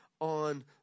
on